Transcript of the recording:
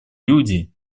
люди